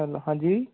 hello हाँ जी